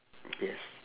yes